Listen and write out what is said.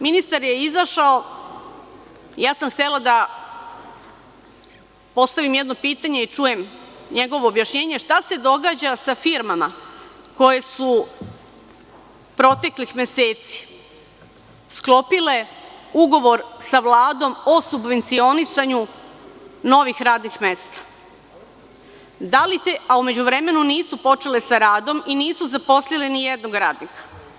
Ministar je izašao, ja sam htela da postavim jedno pitanje i čujem njegovo objašnjenje – šta se događa sa firmama koje su proteklih meseci sklopile ugovor sa Vladom o subvencionisanju novih radnih mesta, a u međuvremenu nisu počele sa radom i nisu zaposlile ni jednog radnika?